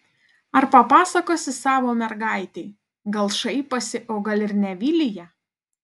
ar papasakosi savo mergaitei gal šaiposi o gal ir ne vilija